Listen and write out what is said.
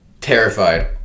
terrified